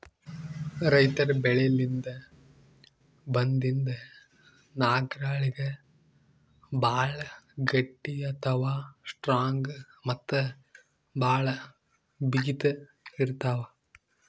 ರೈತರ್ ಬೆಳಿಲಿನ್ದ್ ಬಂದಿಂದ್ ನಾರ್ಗಳಿಗ್ ಭಾಳ್ ಗಟ್ಟಿ ಅಥವಾ ಸ್ಟ್ರಾಂಗ್ ಮತ್ತ್ ಭಾಳ್ ಬಿಗಿತ್ ಇರ್ತವ್